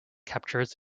captures